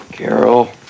Carol